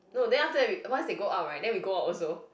no then after that we once they go out right then we go out also